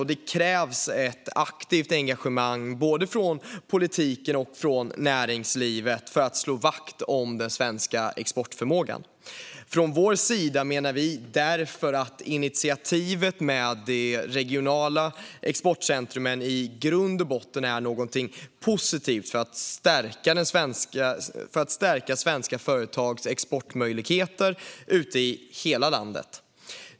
Det krävs ett aktivt engagemang både från politiken och från näringslivet för att slå vakt om den svenska exportförmågan. Från vår sida menar vi därför att initiativet med de regionala exportcentrumen i grund och botten är någonting positivt för att stärka svenska företags exportmöjligheter i hela landet.